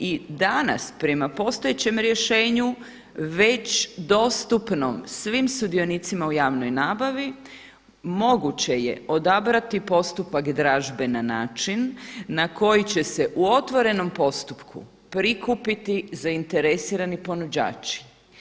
I danas prema postojećem rješenju već dostupnom svim sudionicima u javnoj nabavi moguće je odabrati postupak dražbe na način na koji će se u otvorenom postupku prikupiti zainteresirani proizvođači.